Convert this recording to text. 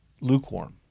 lukewarm